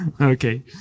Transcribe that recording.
Okay